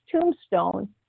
tombstone